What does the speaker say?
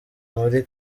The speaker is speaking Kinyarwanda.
muri